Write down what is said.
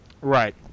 Right